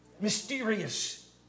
mysterious